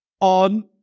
on